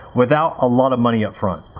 without a lot of money upfront.